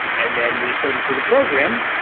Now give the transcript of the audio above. and then we put em through the program,